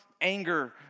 anger